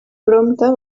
prompte